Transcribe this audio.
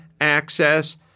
access